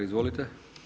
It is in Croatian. Izvolite.